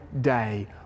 day